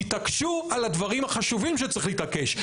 תתעקשו על הדברים החשובים שצריך להתעקש.